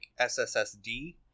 SSSD